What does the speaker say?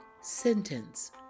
Sentence